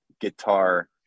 guitar